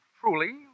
truly